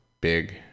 Big